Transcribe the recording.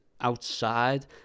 outside